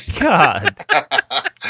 God